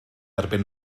erbyn